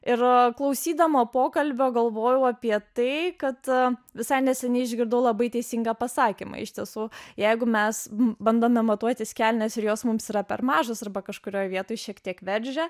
ir klausydama pokalbio galvojau apie tai kad visai neseniai išgirdau labai teisingą pasakymą iš tiesų jeigu mes bandome matuotis kelnes ir jos mums yra per mažos arba kažkurioje vietoj šiek tiek veržia